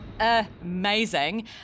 Amazing